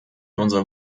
unser